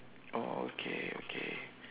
oh okay okay